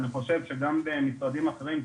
ואני חושב שגם במשרדים אחרים,